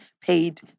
paid